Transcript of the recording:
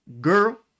girl